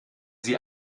sie